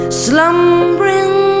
slumbering